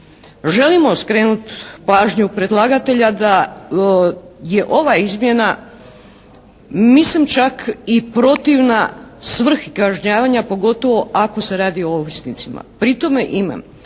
Želimo skrenuti pažnju predlagatelja da je ova izmjena mislim čak i protivna svrhi kažnjavanja, pogotovo ako se radi o ovisnicima. Pri tome imam